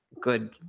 good